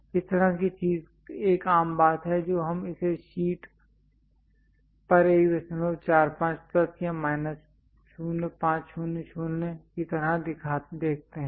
इस तरह की चीज़ एक आम बात है जो हम इसे शीट पर 145 प्लस या माइनस 05 00 की तरह देखते हैं